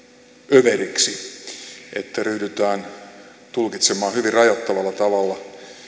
överiksi että ryhdytään tulkitsemaan hyvin rajoittavalla tavalla